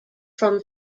from